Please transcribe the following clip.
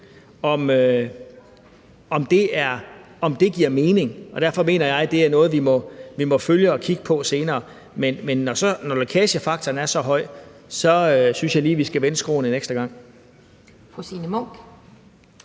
om det giver mening. Og derfor mener jeg, at det er noget, vi må følge og kigge på senere. Men når lækagefaktoren er så høj, synes jeg, at vi lige skal vende skråen en ekstra gang.